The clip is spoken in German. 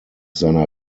seiner